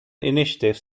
initiatives